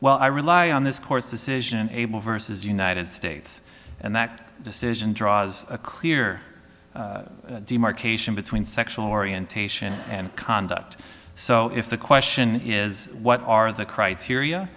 well i rely on this course decision able versus united states and that decision draws a clear demarcation between sexual orientation and conduct so if the question is what are the criteria